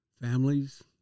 Families